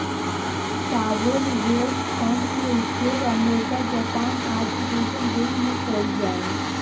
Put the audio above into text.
sovereign wealth fund के उपयोग America Japan आदि जईसन देश में कइल जाला